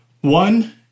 One